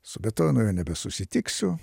su bethovenu jau nebesusitiksiu